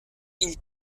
ils